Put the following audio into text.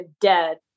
dead